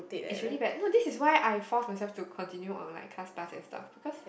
is really bad no this is why I force myself to continue on like class pass and stuff because